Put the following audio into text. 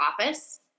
office